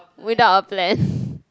without a plan